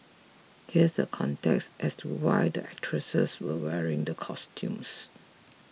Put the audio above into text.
here's the context as to why the actresses were wearing the costumes